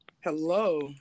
Hello